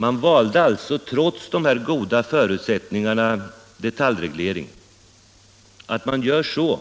Man valde alltså, trots dessa goda förutsättningar, detaljreglering. Att man gjort så